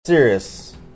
serious